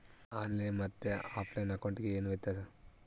On line ಮತ್ತೆ ಆಫ್ಲೈನ್ ಅಕೌಂಟಿಗೆ ಏನು ವ್ಯತ್ಯಾಸ?